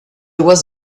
was